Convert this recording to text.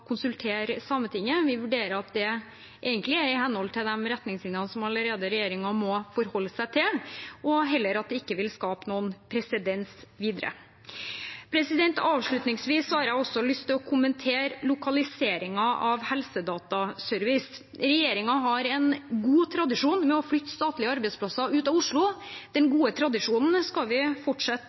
konsultere Sametinget. Vi vurderer at det er i henhold til de retningslinjene som regjeringen allerede må forholde seg til, og at det heller ikke vil skape noen presedens videre. Avslutningsvis har jeg også lyst til å kommentere lokaliseringen av Helsedataservice. Regjeringen har en god tradisjon for å flytte statlige arbeidsplasser ut av Oslo. Den gode tradisjonen skal vi fortsette